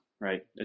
right